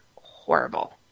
horrible